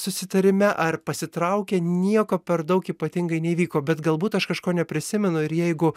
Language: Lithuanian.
susitarime ar pasitraukė nieko per daug ypatingai neįvyko bet galbūt aš kažko neprisimenu ir jeigu